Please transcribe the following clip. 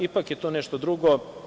Ipak je to nešto drugo.